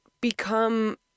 become